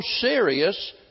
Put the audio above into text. serious